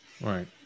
Right